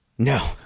no